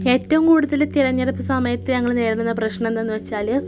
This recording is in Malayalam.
ഏറ്റവും കൂടുതൽ തിരഞ്ഞെടുപ്പ് സമയത്ത് ഞങ്ങൾ നേരിടുന്ന പ്രശ്നം എന്താണെന്ന് വച്ചാൽ